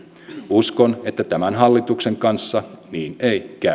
uskon että tämän hallituksen kanssa niin ei käy